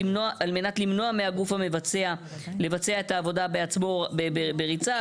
על מנת למנוע מהגוף המבצע לבצע את העבודה בעצמו בריצה,